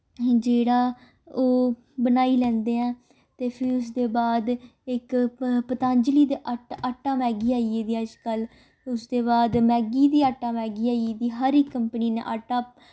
कि जेह्ड़ा ओह् बनाई लैंदे ऐ ते फ्ही उसदे बाद इक पतंजली दी आटा मैगी ओई गेदी अज्जकल उसदे बाद मैगी दी आटा मैगी आई गेदी हर इक कंपनी ने आटा